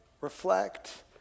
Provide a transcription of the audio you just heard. reflect